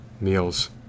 meals